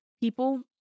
people